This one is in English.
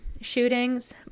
shootings